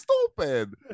stupid